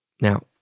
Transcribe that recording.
Now